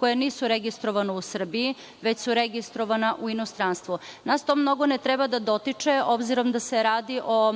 koja nisu registrovana u Srbiji, već su registrovana u inostranstvu. Nas to ne treba mnogo da dotiče, obzirom da se radi o